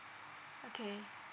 okay